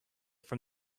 from